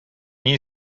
new